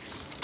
sazivu.